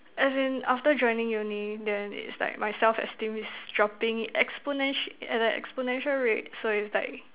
as in after joining Uni then it's like my self esteem is dropping exponentia~ at an exponential rate so it's like